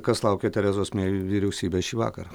kas laukia terezos mei vyriausybės šįvakar